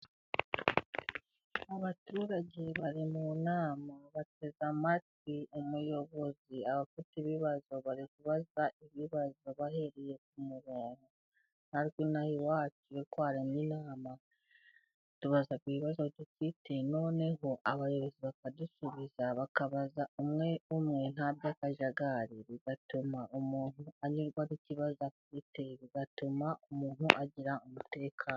Abaturage bari mu nama bateze amatwi umuyobozi, abafite ibibazo bari kubaza ibibazo bahereye ku murongo. Natwe ino aha iwacu iyo twaremye inama tubaza ibibazo dufite noneho abayobozi bakadusubiza, bakabaza umwe umwe nta by'akajagari bigatuma umuntu anyurwa n'ikibazo afite, bigatuma umuntu agira umutekano.